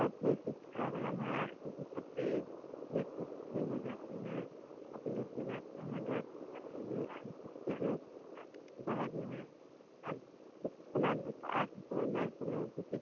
और कोई चीज प्रॉब्लम है आँखों की तकलीफ फेस हो जाती है होपलेस हो जाता है गांठ हो जाती है इन सब चीजों की दवा जो है आज के समाज में आज के समय में ऐसे लोग इसी